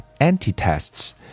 anti-tests